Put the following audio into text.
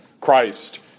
Christ